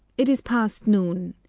it is past noon.